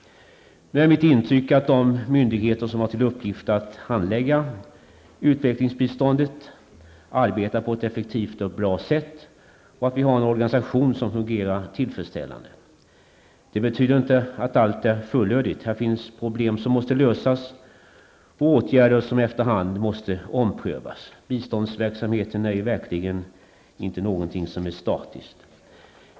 Nu är mitt intryck att de myndigheter som har till uppgift att handlägga utvecklingsbiståndet arbetar på ett effektivt och bra sätt och att vi har en organisation som fungerar tillfredställande. Det betyder inte att allt är fullödigt. Det finns problem som måste lösas och åtgärder som efter hand måste omprövas. Biståndsverksamhet är verkligen inte någonting som är statiskt.